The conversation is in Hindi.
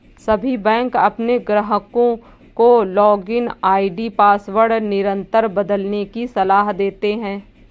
सभी बैंक अपने ग्राहकों को लॉगिन आई.डी पासवर्ड निरंतर बदलने की सलाह देते हैं